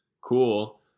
cool